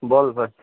বল ভাই